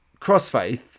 CrossFaith